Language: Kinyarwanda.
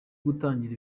gutangira